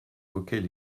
auquel